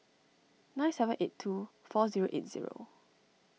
nine seven eight two four zero eight zero